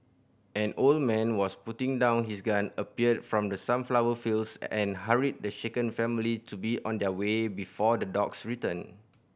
an old man was putting down his gun appeared from the sunflower fields and hurried the shaken family to be on their way before the dogs return